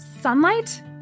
Sunlight